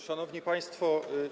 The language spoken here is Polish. Szanowni Państwo!